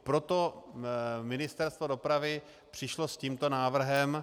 Proto Ministerstvo dopravy přišlo s tímto návrhem.